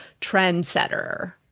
trendsetter